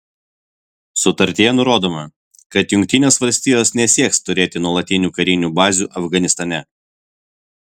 sutartyje nurodoma kad jungtinės valstijos nesieks turėti nuolatinių karinių bazių afganistane